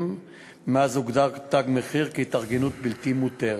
מאז הוגדר "תג מחיר" כהתארגנות בלתי מותרת.